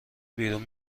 بیرون